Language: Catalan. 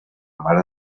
mare